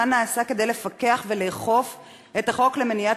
מה נעשה כדי לפקח ולאכוף את החוק למניעת